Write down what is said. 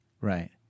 Right